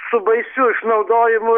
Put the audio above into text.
su baisiu išnaudojimu